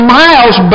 miles